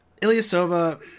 Ilyasova